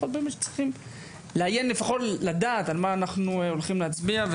שצריכים לעיין בה ולדעת על מה אנחנו הולכים להצביע,